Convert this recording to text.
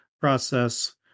process